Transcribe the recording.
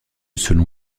selon